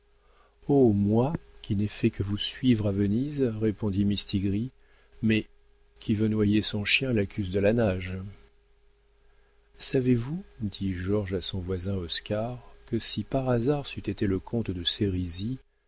moi qui n'ai fait que vous suivre à venise répondit mistigris mais qui veut noyer son chien l'accuse de la nage savez-vous dit georges à son voisin oscar que si par hasard c'eût été le comte de